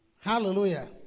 Hallelujah